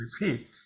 repeat